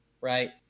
right